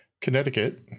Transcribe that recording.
Connecticut